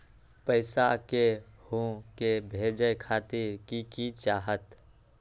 पैसा के हु के भेजे खातीर की की चाहत?